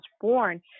born